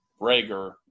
Rager